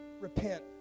Repent